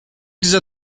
dieser